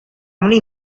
many